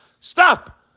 Stop